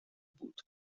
بود